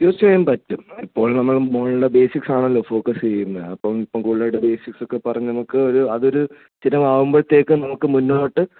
തീർച്ചയായും പറ്റും എപ്പോഴും നമ്മൾ മോളിലെ ബേസിക്സ് ആണല്ലോ ഫോക്സ് ചെയ്യുന്നത് അപ്പം ഇപ്പോൾ കൂടുതലായിട്ട് ബേസിക്സ് ഒക്കെ പറഞ്ഞ് നമുക്ക് ഒരു അതൊരു സ്ഥിരം ആവുമ്പഴത്തേക്കും നമുക്ക് മുന്നോട്ട്